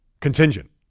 contingent